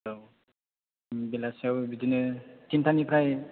औ बेलासियाव बिदिनो टिनथानिफ्राय